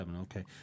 Okay